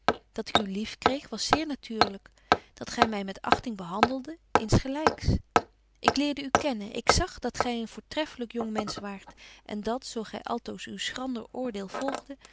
dat ik u lief kreeg was zeer natuurlyk dat gy my betje wolff en aagje deken historie van mejuffrouw sara burgerhart met achting behandelde insgelyks ik leerde u kennen ik zag dat gy een voortreffelyk jong mensch waart en dat zo gy altoos uw schrander oordeel